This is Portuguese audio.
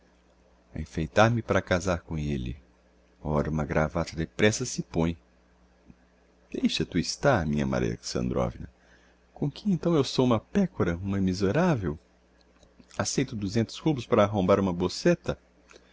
a enfeitar me para casar com elle ora uma gravata depressa se põe deixa tu estar minha maria alexandrovna com que então eu sou uma pécora uma miseravel acceito duzentos rublos para arrombar uma bocêta